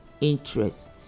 interest